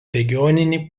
regioninį